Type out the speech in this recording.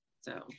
So-